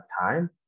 time